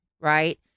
right